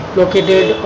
located